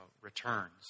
returns